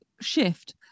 shift